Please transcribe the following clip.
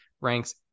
ranks